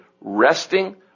resting